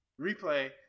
Replay